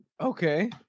Okay